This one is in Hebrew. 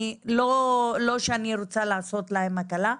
לא שאני רוצה לעשות להם הקלה,